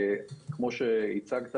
כמו שהצגת,